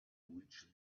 reach